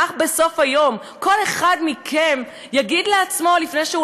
בסוף היום כל אחד מכם יגיד לעצמו לפני שהוא